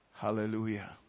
Hallelujah